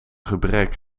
gebrek